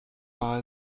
war